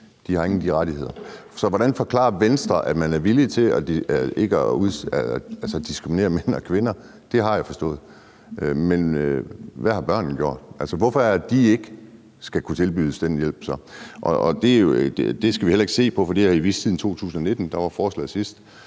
de har ingen af de rettigheder. Så hvordan forklarer Venstre det? Man er villig til ikke at diskriminere mænd og kvinder – det har jeg forstået – men hvad har børnene gjort? Altså, hvorfor er det, de ikke skal kunne tilbydes den hjælp så? Det skal vi jo heller ikke se på, for det har I vidst siden 2019, hvor forslaget var